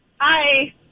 Hi